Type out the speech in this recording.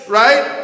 right